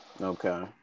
Okay